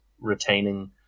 retaining